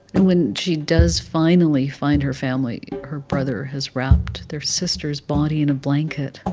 and when she does finally find her family, her brother has wrapped their sister's body in a blanket,